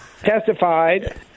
testified